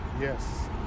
Yes